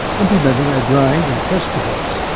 implementing a grind and press device.